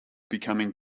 becoming